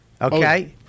Okay